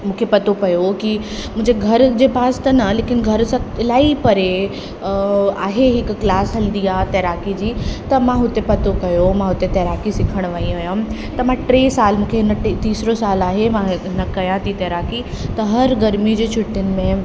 मूंखे पतो पियो कि मुंहिंजे घर जे पास त न लेकिनि घर सां इलाही परे आहे हिकु क्लास हलंदी आहे तैराकी जी त मां हुते पतो कयो मां हुते तैराकी सिखण वेई हुअमि त मां टे साल मूंखे हिन टे तीसरो साल आहे मां ही न कयां थी तैराकी त हर गर्मी जे छुटियुनि में